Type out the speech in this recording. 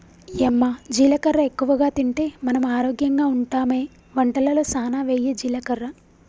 యమ్మ జీలకర్ర ఎక్కువగా తింటే మనం ఆరోగ్యంగా ఉంటామె వంటలలో సానా వెయ్యి జీలకర్ర